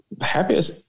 Happiest